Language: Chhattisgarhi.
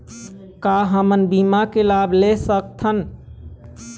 का हमन बीमा के लाभ ले सकथन?